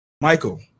Michael